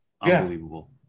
Unbelievable